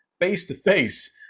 face-to-face